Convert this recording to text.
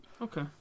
Okay